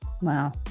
Wow